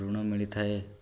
ଋଣ ମିଳିଥାଏ